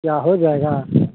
क्या हो जाएगा